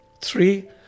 Three